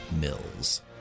Mills